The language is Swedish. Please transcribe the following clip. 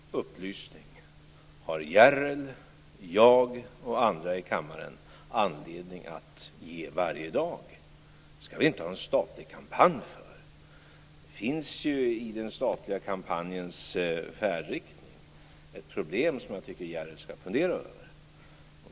Herr talman! Denna upplysning har Järrel, jag och andra i kammaren anledning att ge varje dag. Det skall vi inte ha en statlig kampanj för. Det finns i den statliga kampanjens färdriktning ett problem som jag tycker att Järrel skall fundera över.